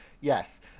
yes